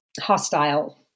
hostile